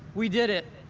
we did it.